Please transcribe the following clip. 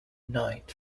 knight